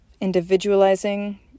individualizing